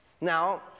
Now